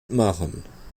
machen